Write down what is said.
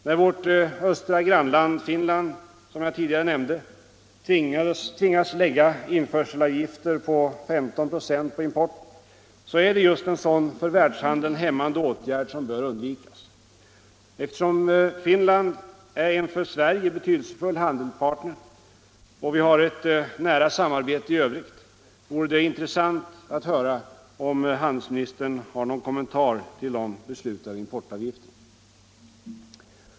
När vårt östra grannland Finland, som jag tidigare nämnde, tvingas lägga införselavgifter på 15 96 på importen, så är det just en sådan för världshandeln hämmande åtgärd som bör undvikas. Eftersom Finland är en för Sverige betydelsefull handelspartner och vi har ett nära samarbete i övrigt vore det intressant att höra om handelsministern har någon kommentar till de beslutade importavgifterna.